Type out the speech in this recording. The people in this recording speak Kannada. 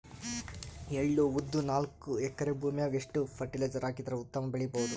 ಎಳ್ಳು, ಉದ್ದ ನಾಲ್ಕಎಕರೆ ಭೂಮಿಗ ಎಷ್ಟ ಫರಟಿಲೈಜರ ಹಾಕಿದರ ಉತ್ತಮ ಬೆಳಿ ಬಹುದು?